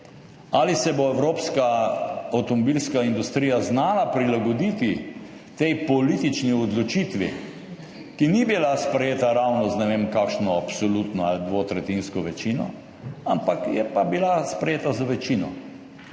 Ali se bo evropska avtomobilska industrija znala prilagoditi tej politični odločitvi, ki ni bila sprejeta ravno z ne vem kakšno absolutno ali dvotretjinsko večino, ampak je pa bila sprejeta z večino?